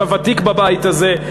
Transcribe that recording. אתה ותיק בבית הזה.